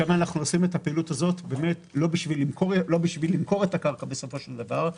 שם אנחנו עושים את הפעילות הזאת לא בשביל למכור את הקרקע בסופו של דבר,